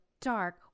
dark